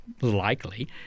likely